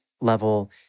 level